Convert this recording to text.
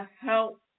help